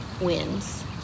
wins